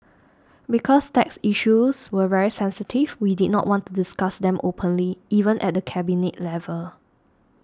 because tax issues were very sensitive we did not want to discuss them openly even at the Cabinet level